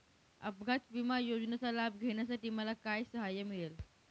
अपघात विमा योजनेचा लाभ घेण्यासाठी मला काय सहाय्य मिळेल?